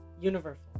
universal